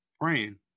praying